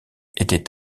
était